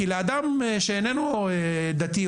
לאדם שאיננו דתי,